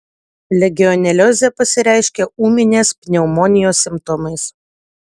legioneliozė pasireiškia ūminės pneumonijos simptomais